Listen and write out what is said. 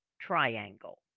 triangle